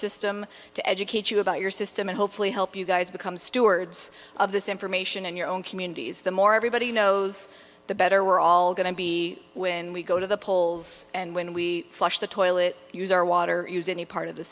system to educate you about your system and hopefully help you guys become stewards of this information in your own communities the more everybody knows the better we're all going to be when we go to the polls and when we flush the toilet use our water use any part of the